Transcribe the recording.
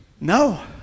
No